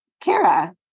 Kara